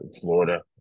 Florida